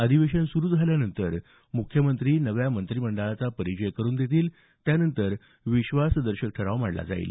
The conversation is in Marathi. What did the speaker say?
अधिवेशन सुरू झाल्यानंतर मुख्यमंत्री नव्या मंत्रीमंडळाचा परिचय करून देतील त्यानंतर विश्वसादर्शक ठराव मांडला जाईल